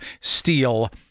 steel